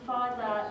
Father